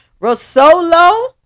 Rosolo